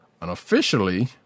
unofficially